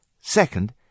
second